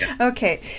Okay